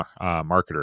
marketer